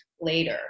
later